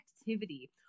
activity